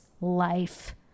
life